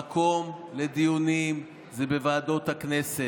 המקום לדיונים זה בוועדות הכנסת,